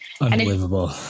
Unbelievable